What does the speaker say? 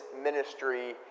ministry